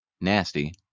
nasty